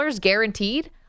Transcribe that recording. guaranteed